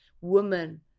woman